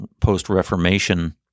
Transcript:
post-Reformation